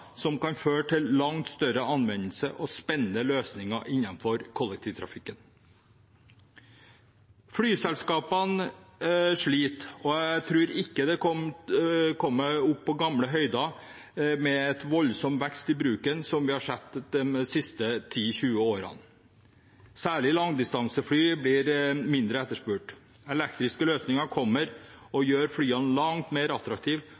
som kan føre til langt større anvendelse og spennende løsninger innenfor kollektivtrafikken. Flyselskapene sliter, og jeg tror ikke det kommer opp til gamle høyder med voldsom vekst i bruken, som vi har sett de siste 10–20 årene. Særlig langdistansefly blir mindre etterspurt. Elektriske løsninger kommer og gjør flyene langt mer attraktive,